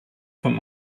vom